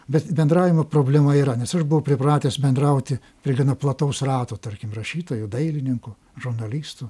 bet bendravimo problema yra nes aš buvau pripratęs bendrauti prie gana plataus rato tarkim rašytojų dailininkų žurnalistų